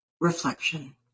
reflection